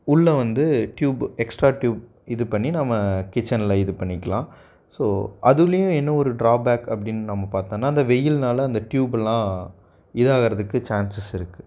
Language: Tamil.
உள்ளே வந்து டியூபு எக்ஸ்ட்டாக டியூப் இது பண்ணி நம்ம கிச்சனில் இது பண்ணிக்கலாம் ஸோ அதுலேயும் என்ன ஒரு டிராபேக் அப்படின்னு நம்ம பார்த்தோன்னா அந்த வெயில்னால அந்த டியூபுலாம் இதாக ஆகிறதுக்கு சான்சஸ் இருக்குது